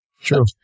True